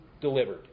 delivered